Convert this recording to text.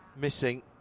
missing